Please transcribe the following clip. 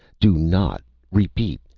do not repeat,